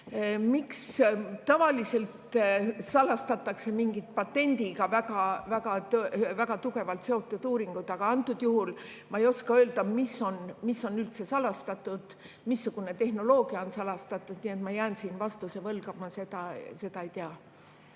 Miks? Tavaliselt salastatakse mingid patendiga väga tugevalt seotud uuringud, aga antud juhul ma ei oska öelda, mis on üldse salastatud, missugune tehnoloogia on salastatud, nii et ma jään siin vastuse võlgu, ma seda ei tea.